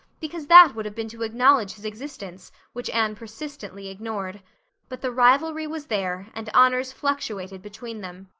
because that would have been to acknowledge his existence which anne persistently ignored but the rivalry was there and honors fluctuated between them.